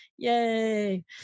Yay